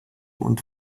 und